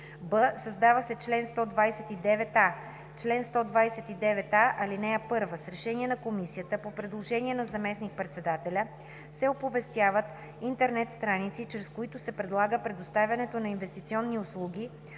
б) Създава се чл. 129а: „Чл. 129а. (1) С решение на комисията по предложение на заместник-председателя се оповестяват интернет страници, чрез които се предлага предоставянето на инвестиционни услуги